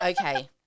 Okay